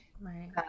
Right